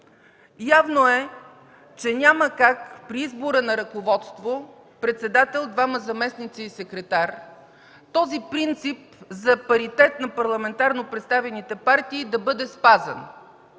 Явно е, че няма как при избора на ръководството председател, двама заместници и секретар този принцип за паритет на парламентарно представените партии да бъде спазен.